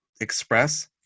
express